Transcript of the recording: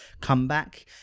comeback